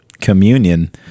communion